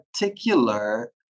particular